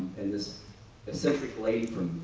and this eccentric lady from